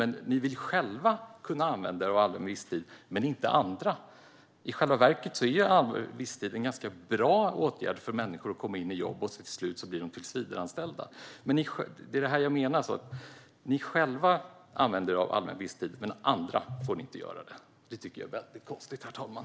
Ni vill själva kunna använda er av allmän visstid, men andra ska inte kunna göra det. I själva verket är allmän visstid någonting som är ganska bra för att människor ska komma in i jobb, och till slut blir de tillsvidareanställda. Jag menar alltså att ni själva använder er av allmän visstid, men andra får inte göra det. Det tycker jag är mycket konstigt, herr talman.